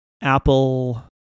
Apple